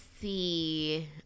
see